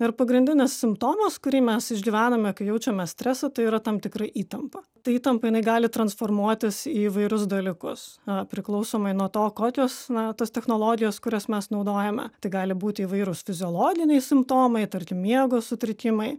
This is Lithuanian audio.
ir pagrindinis simptomas kurį mes išgyvename kai jaučiame stresą tai yra tam tikra įtampa ta tampa jinai gali transformuotis į įvairius dalykus priklausomai nuo to kokios na tos technologijos kurias mes naudojame tai gali būti įvairūs fiziologiniai simptomai tarkim miego sutrikimai